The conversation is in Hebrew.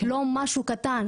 לא משהו קטן